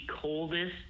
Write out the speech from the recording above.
coldest